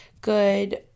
good